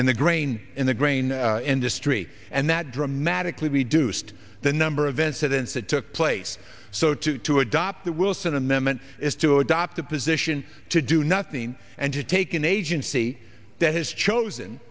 in the grain in the grain industry and that dramatically reduced the number of incidents that took place so to to adopt the wilson amendment is to adopt a position to do nothing and to take an agency that has chosen